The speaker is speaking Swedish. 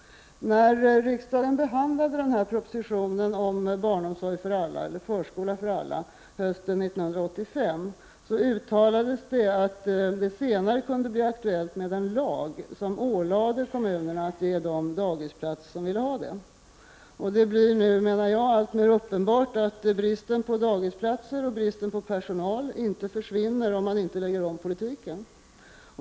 När riksdagen hösten 1985 behandlade propositionen om förskola för alla uttalades det att det senare kunde bli aktuellt med en lag i vilken kommunerna ålades att ge en daghemsplats till alla som ville ha det. Men det blir nu alltmer uppenbart att bristen på dagisplatser och bristen på personal inte försvinner om man inte lägger om politiken.